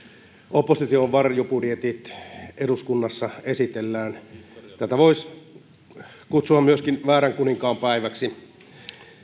opposition varjobudjetit eduskunnassa esitellään voisi kutsua myöskin väärän kuninkaan päiväksi